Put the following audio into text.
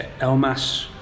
Elmas